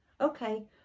okay